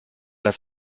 das